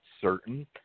certain